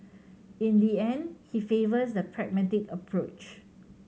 in the end he favours the pragmatic approach